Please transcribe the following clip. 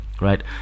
right